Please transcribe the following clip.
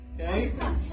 Okay